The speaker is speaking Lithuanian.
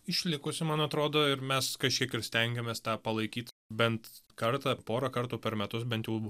išlikusi man atrodo ir mes kažkiek ir stengiamės tą palaikyt bent kartą porą kartų per metus bent jau